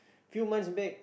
humans make